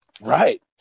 Right